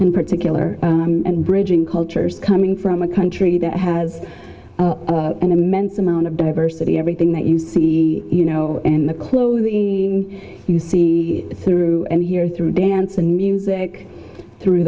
in particular and bridging cultures coming from a country that has an immense amount of diversity everything that you see you know in the clothing you see through and here through dance and music through